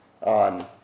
on